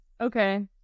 Okay